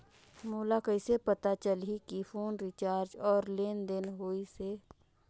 मोला कइसे पता चलही की फोन रिचार्ज और लेनदेन होइस हे?